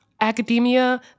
academia